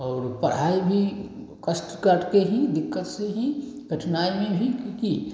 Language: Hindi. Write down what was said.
और पढ़ाई भी कष्ट काटकर ही दिक्कत से ही कठिनाई में भी क्योंकि